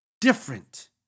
Different